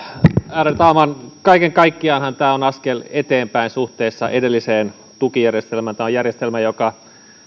ärade talman kaiken kaikkiaanhan tämä on askel eteenpäin suhteessa edelliseen tukijärjestelmään tämä on järjestelmä joka